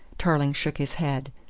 tarling shook his head.